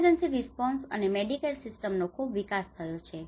emergency response અને medicare સિસ્ટમ્સનો ખૂબ વિકાસ થયો છે